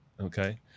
Okay